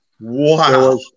Wow